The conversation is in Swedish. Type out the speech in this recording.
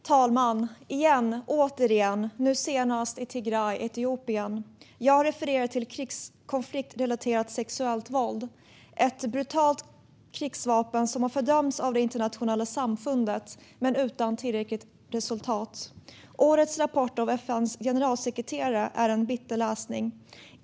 Fru talman! Igen, återigen, nu senast i Tigray i Etiopien - jag refererar till konfliktrelaterat sexuellt våld, ett brutalt krigsvapen som har fördömts av det internationella samfundet men utan tillräckligt resultat. Årets rapport av FN:s generalsekreterare är en bitter läsning.